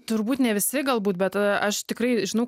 turbūt ne visi galbūt bet aš tikrai žinau